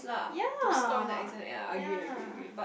ya ya